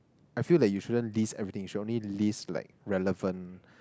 I feel like you shouldn't list everything you should only list like relevant